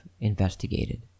investigated